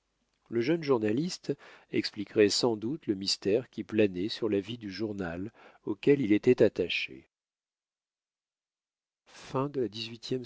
le jeune journaliste expliquerait sans doute le mystère qui planait sur la vie du journal auquel il était attaché